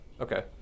Okay